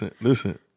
listen